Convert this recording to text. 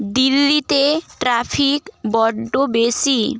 দিল্লিতে ট্রাফিক বড্ড বেশি